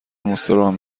مستراح